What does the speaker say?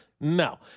No